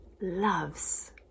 loves